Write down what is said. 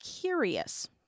curious